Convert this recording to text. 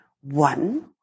one